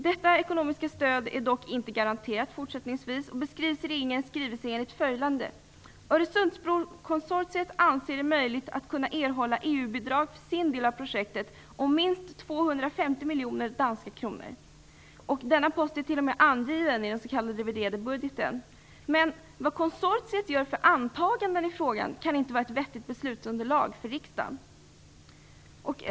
Detta ekonomiska stöd är dock inte garanterat fortsättningsvis och beskrivs i regeringens skrivelse enligt följande: "Öresundsbrokonsortiet anser det möjligt att kunna erhålla EU-bidrag för sin del av projektet om minst angiven i den s.k. reviderade budgeten. Men de antaganden konsortiet gör i frågan kan inte vara ett vettigt beslutsunderlag för riksdagen.